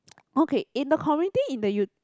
okay in the community in the u